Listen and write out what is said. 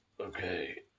Okay